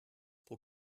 pro